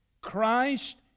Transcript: Christ